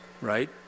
right